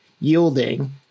yielding